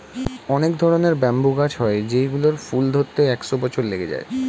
অনেক ধরনের ব্যাম্বু গাছ হয় যেই গুলোর ফুল ধরতে একশো বছর লেগে যায়